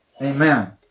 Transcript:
Amen